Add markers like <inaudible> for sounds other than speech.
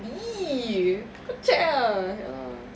!ee! <noise> kau check ah ya